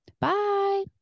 Bye